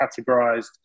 categorized